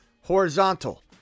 horizontal